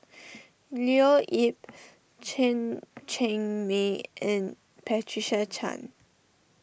Leo Yip Chen Cheng Mei and Patricia Chan